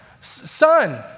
son